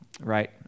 right